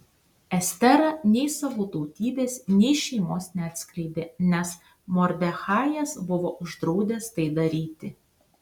estera nei savo tautybės nei šeimos neatskleidė nes mordechajas buvo uždraudęs tai daryti